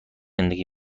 زندگی